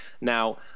Now